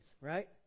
Right